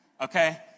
okay